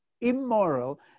immoral